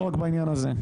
ולא רק בעניין הזה.